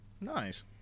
Nice